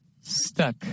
Stuck